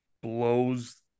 Blows